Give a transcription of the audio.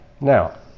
Now